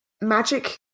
magic